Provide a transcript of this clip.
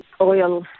oil